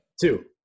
Two